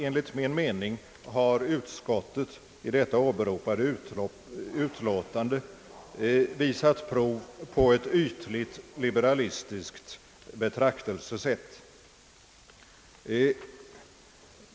Enligt min mening har utskottet i det nu återgivna visat prov på ett ytligt liberalistiskt betraktelsesätt.